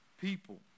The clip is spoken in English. people